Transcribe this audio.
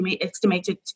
estimated